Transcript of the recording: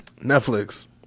Netflix